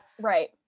Right